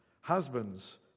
husbands